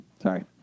Sorry